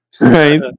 Right